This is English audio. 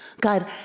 God